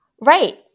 Right